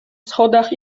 schodach